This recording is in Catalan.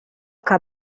que